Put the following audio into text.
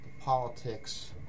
politics